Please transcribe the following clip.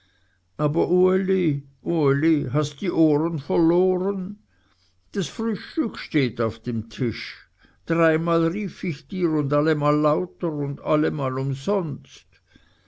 aber uli uli hast die ohren verloren das frühstück steht auf dem tische dreimal rief ich dir und allemal lauter und allemal umsonst